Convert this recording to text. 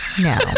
No